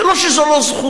זה לא שזו לא זכותו,